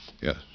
Yes